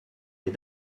les